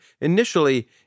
initially